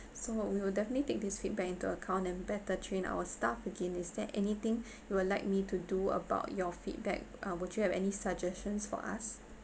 so we will definitely take this feedback into account and better train our staff again is there anything you would like me to do about your feedback uh would you have any suggestions for us